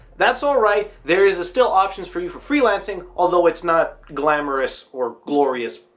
that's alright. there is ah still options for you for freelancing although it's not glamorous or glorious,